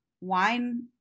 wine